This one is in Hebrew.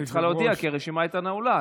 אבל היא צריכה להודיע, כי הרשימה הייתה נעולה.